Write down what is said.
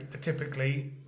typically